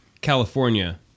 California